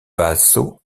vassaux